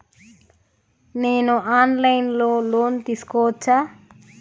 నేను online లో loan తీసుకోవచ్చా?